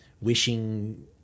wishing